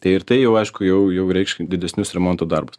tai ir tai jau aišku jau jau reikš didesnius remonto darbus